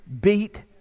beat